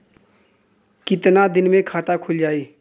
कितना दिन मे खाता खुल जाई?